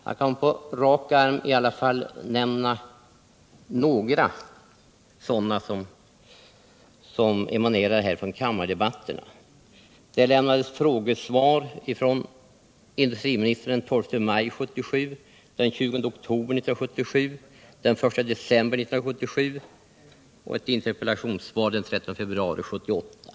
Jag kan på rak arm nämna några sådana upplysningar som emanerar från kammardebatterna. Industriministern avgav frågesvar den 12 maj 1977, den 20 oktober 1977 och den 1 december 1977 samt ett interpellationssvar den 9 februari 1978.